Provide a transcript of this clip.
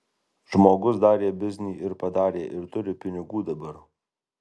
žmogus darė biznį ir padarė ir turi pinigų dabar